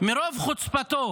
ברוב חוצפתו